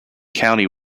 county